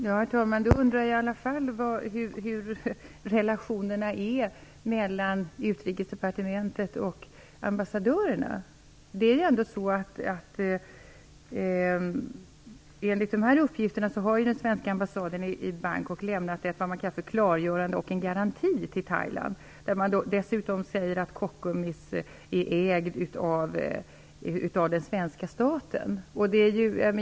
Herr talman! Jag undrar i alla fall hur relationerna mellan Utrikesdepartementet och ambassadörerna är. Enligt dessa uppgifter har den svenska ambassaden i Bangkok lämnat ett vad man kallar för klargörande och en garanti till Thailand, där man dessutom säger att Kockums ägs av den svenska staten.